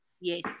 yes